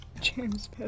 James